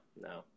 no